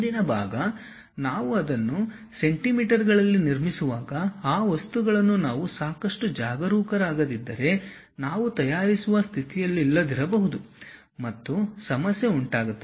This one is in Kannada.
ಮುಂದಿನ ಭಾಗ ನಾವು ಅದನ್ನು ಸೆಂಟಿಮೀಟರ್ಗಳಲ್ಲಿ ನಿರ್ಮಿಸುವಾಗ ಈ ವಸ್ತುಗಳನ್ನು ನಾವು ಸಾಕಷ್ಟು ಜಾಗರೂಕರಾಗಿರದಿದ್ದರೆ ನಾವು ತಯಾರಿಸುವ ಸ್ಥಿತಿಯಲ್ಲಿಲ್ಲದಿರಬಹುದು ಮತ್ತು ಸಮಸ್ಯೆ ಉಂಟಾಗುತ್ತದೆ